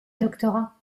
doctorat